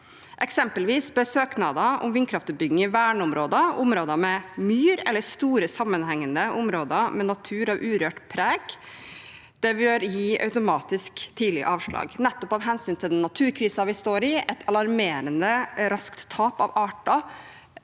Eksempelvis bør søknader om vindkraftutbygging i verneområder, områder med myr eller store sammenhengende områder med natur med urørt preg gis automatisk tidlig avslag, nettopp av hensyn til den naturkrisen vi står i, et alarmerende raskt tap av arter,